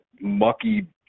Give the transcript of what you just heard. mucky